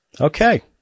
Okay